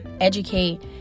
educate